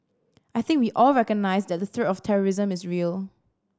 I think we all recognise that the threat of terrorism is real